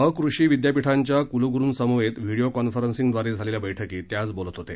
अकृषी विद्यापीठांच्या कुलगुरूंसमवेत video conferencing द्वारे झालेल्या बर्क्कीत ते आज बोलत होते